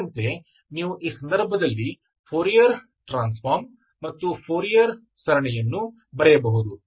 ಎಂದಿನಂತೆ ನೀವು ಈ ಸಂದರ್ಭದಲ್ಲಿ ಫೋರಿಯರ್ ಟ್ರಾನ್ಸ್ ಫಾರ್ಮ್ ಮತ್ತು ಫೋರಿಯರ್ ಸರಣಿಯನ್ನು ಬರೆಯಬಹುದು